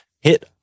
hit